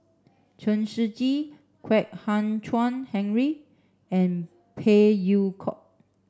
Chen Shiji Kwek Hian Chuan Henry and Phey Yew Kok